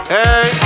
Hey